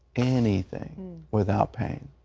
anything, without pain.